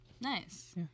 Nice